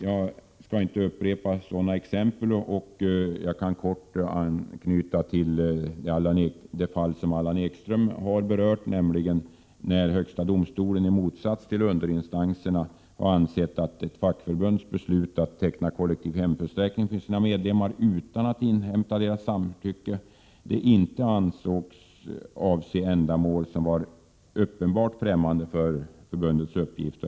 Jag skall inte upprepa sådana exempel, men jag kan kort anknyta till det fall som Allan Ekström berörde, nämligen när högsta domstolen 'i motsats till underinstanserna har ansett att ett fackförbunds beslut att teckna kollektiv hemförsäk 131 ring för sina medlemmar utan att inhämta deras samtycke inte avsåg ändamål som var uppenbart främmande för förbundets uppgift.